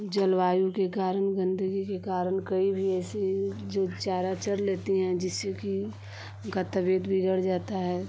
जलवायु के कारण गंदगी के कारण कई भी ऐसी जो चारा चर लेती हैं जिससे कि उनका तबियत बिगड़ जाता है